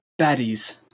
baddies